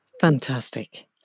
Fantastic